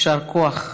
יישר כוח.